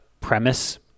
premise